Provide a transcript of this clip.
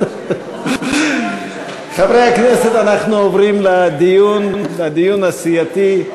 חברי הכנסת, אנחנו עוברים לדיון הסיעתי.